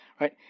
right